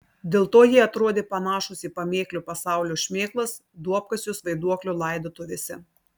dėl to jie atrodė panašūs į pamėklių pasaulio šmėklas duobkasius vaiduoklio laidotuvėse